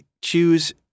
choose